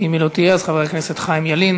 אם היא לא תהיה, חבר הכנסת חיים ילין.